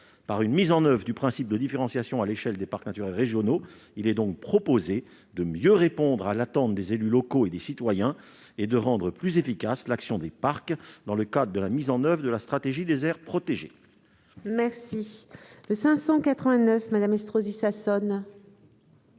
Par une mise en oeuvre du principe de différenciation à l'échelle des parcs naturels régionaux, il est proposé de mieux répondre à l'attente des élus locaux et des citoyens et de rendre plus efficace l'action des parcs dans le cadre de la mise en oeuvre de la stratégie des aires protégées. La parole est à Mme Dominique Estrosi Sassone,